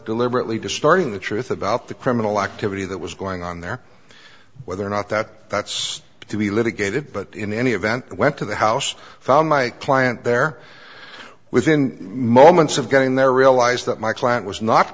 deliberately distorting the truth about the criminal activity that was going on there whether or not that that's to be litigated but in any event i went to the house found my client there within moments of getting there realized that my client was not